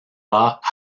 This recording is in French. pas